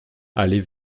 allait